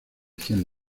cien